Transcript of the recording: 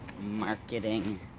Marketing